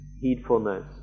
heedfulness